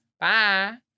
Bye